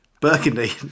Burgundy